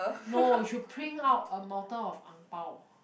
no you should print out a mountain of ang-bao